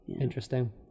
interesting